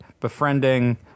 befriending